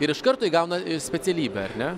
ir iš karto įgauna ir specialybę ar ne